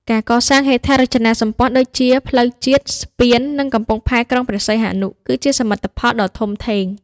ការកសាងហេដ្ឋារចនាសម្ព័ន្ធដូចជា ផ្លូវជាតិ ស្ពាន និងកំពង់ផែក្រុងព្រះសីហនុ គឺជាសមិទ្ធផលដ៏ធំធេង។